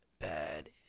bad